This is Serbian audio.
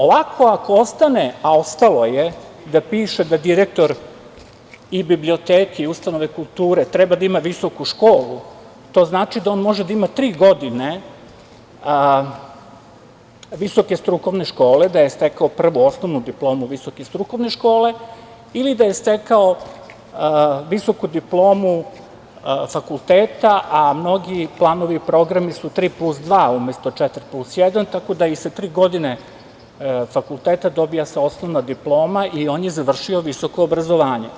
Ovako ako ostane, a ostalo je, da piše da direktor i biblioteke i ustanove kulture treba da ima visoku školu, to znači da on može da ima tri godine visoke strukovne škole, da je stekao prvu osnovnu diplomu visoke strukovne škole ili da je stekao visoku diplomu fakulteta, a mnogi planovi i programi su tri plus dva umesto četiri plus jedan, tako da i sa tri godine fakulteta dobija se osnovna diploma i on je završio visoko obrazovanje.